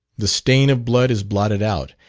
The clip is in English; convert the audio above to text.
the stain of blood is blotted out,